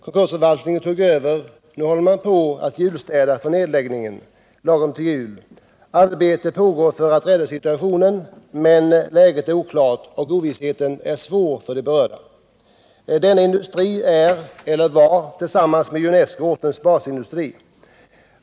Konkursförvaltningen tog över, och nu håller man på att julstäda för nedläggning lagom till jul. Arbete pågår för att rädda situationen, men läget är oklart och ovissheten är svår för de berörda. Denna industri är eller var tillsammans med Junesco ortens basindustri.